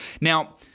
Now